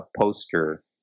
poster